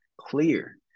clear